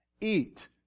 Eat